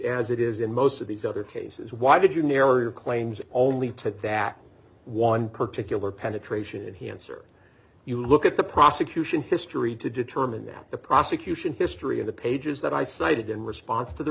as it is in most of these other cases why did you narrow your claims only to that one particular penetration and he answered you look at the prosecution history to determine that the prosecution history of the pages that i cited in response to the